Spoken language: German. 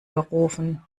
gerufen